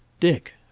dick,